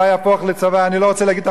אני לא רוצה להגיד את המלה "צבא מקצועי",